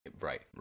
Right